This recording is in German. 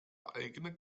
eigene